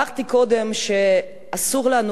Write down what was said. אמרתי קודם שאסור לנו,